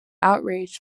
outraged